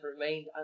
remained